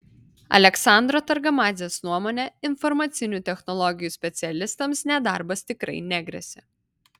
aleksandro targamadzės nuomone informacinių technologijų specialistams nedarbas tikrai negresia